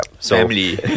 Family